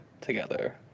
together